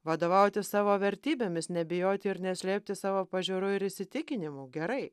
vadovautis savo vertybėmis nebijoti ir neslėpti savo pažiūrų ir įsitikinimų gerai